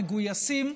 המגויסים,